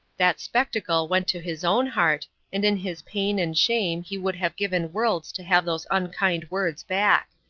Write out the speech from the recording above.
that spectacle went to his own heart, and in his pain and shame he would have given worlds to have those unkind words back.